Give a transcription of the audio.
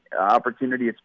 opportunity